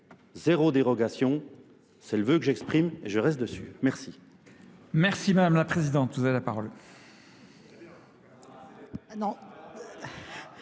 zéro dérogation, c'est le vœu que j'exprime et je reste dessus. Merci.